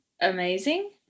amazing